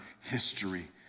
history